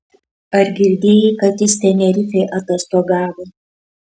ar girdėjai kad jis tenerifėj atostogavo